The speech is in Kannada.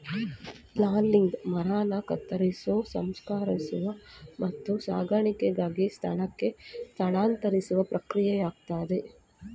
ಲಾಗಿಂಗ್ ಮರನ ಕತ್ತರಿಸೋ ಸಂಸ್ಕರಿಸುವ ಮತ್ತು ಸಾಗಣೆಗಾಗಿ ಸ್ಥಳಕ್ಕೆ ಸ್ಥಳಾಂತರಿಸುವ ಪ್ರಕ್ರಿಯೆಯಾಗಯ್ತೆ